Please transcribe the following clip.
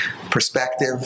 perspective